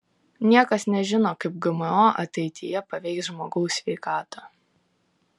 niekas nežino kaip gmo ateityje paveiks žmogaus sveikatą